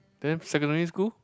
then secondary school